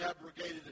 abrogated